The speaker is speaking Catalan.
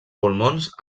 pulmons